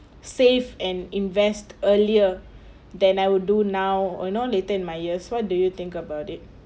save and invest earlier than I would do now or you know later in my years what do you think about it